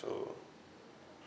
so